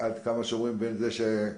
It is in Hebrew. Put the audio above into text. זה גם,